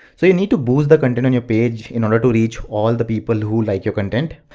so you need to boost the content on your page in order to reach all the people who like your content.